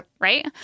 right